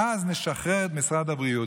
ואז נשחרר את משרד הבריאות.